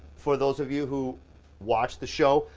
for those of you who watch the show,